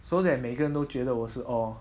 so that 每个人都觉得我是 orh